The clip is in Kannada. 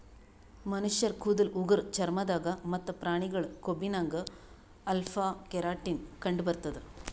ಮನಶ್ಶರ್ ಕೂದಲ್ ಉಗುರ್ ಚರ್ಮ ದಾಗ್ ಮತ್ತ್ ಪ್ರಾಣಿಗಳ್ ಕೊಂಬಿನಾಗ್ ಅಲ್ಫಾ ಕೆರಾಟಿನ್ ಕಂಡಬರ್ತದ್